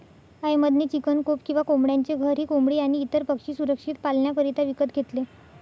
अहमद ने chicken coop किंवा कोंबड्यांचे घर ही कोंबडी आणी इतर पक्षी सुरक्षित पाल्ण्याकरिता विकत घेतले